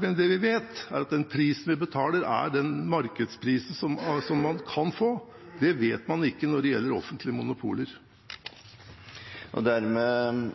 men det vi vet, er at den prisen vi betaler, er den markedsprisen man kan få. Det vet man ikke når det gjelder offentlige monopoler. Flere